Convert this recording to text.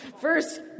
First